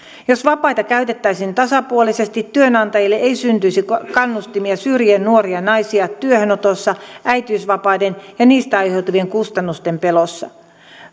jos vapaita käytettäisiin tasapuolisesti työnantajille ei syntyisi kannustimia syrjiä nuoria naisia työhönotossa äitiysvapaiden ja niistä aiheutuvien kustannusten pelossa